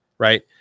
Right